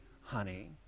honey